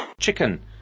Chicken